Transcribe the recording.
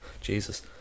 Jesus